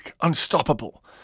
unstoppable